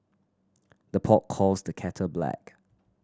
the pot calls the kettle black